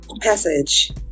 passage